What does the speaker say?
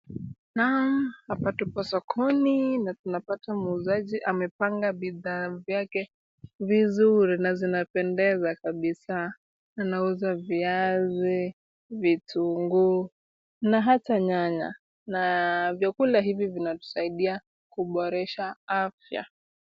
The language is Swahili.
Naam, hapa tupo sokoni na tunapata muuzaji amepanga bidhaa vyake vizuri na zinapendeza kabisa. Anauza viazi, vitunguu na hata nyanya. Na vyakula hivi vinatusaidia kuboresha afya.